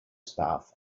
staff